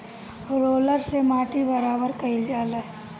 roller से माटी बराबर कइल जाला